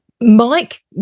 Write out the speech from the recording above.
Mike